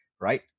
right